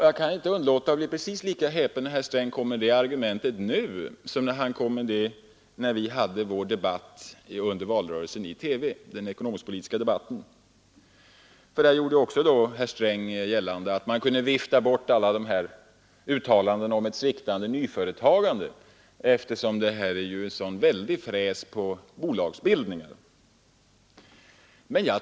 Jag blir lika häpen när herr Sträng nu kommer med det argumentet som jag blev när han framförde det i den ekonomisk-politiska debatten i TV under valrörelsen — även då gjorde herr Sträng gällande att man kunde vifta bort farhågorna för ett sviktande nyföretagande, eftersom det är en så väldig fräs på bolagsbildningarna.